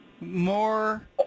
More